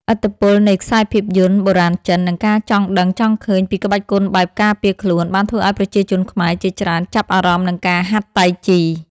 ឥទ្ធិពលនៃខ្សែភាពយន្តបុរាណចិន និងការចង់ដឹងចង់ឃើញពីក្បាច់គុណបែបការពារខ្លួន បានធ្វើឱ្យប្រជាជនខ្មែរជាច្រើនចាប់អារម្មណ៍នឹងការហាត់តៃជី។